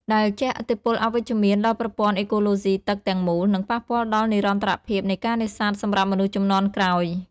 ដែលជះឥទ្ធិពលអវិជ្ជមានដល់ប្រព័ន្ធអេកូឡូស៊ីទឹកទាំងមូល និងប៉ះពាល់ដល់និរន្តរភាពនៃការនេសាទសម្រាប់មនុស្សជំនាន់ក្រោយ។